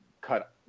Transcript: cut